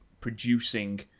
producing